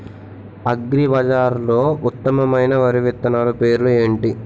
అగ్రిబజార్లో ఉత్తమమైన వరి విత్తనాలు పేర్లు ఏంటి?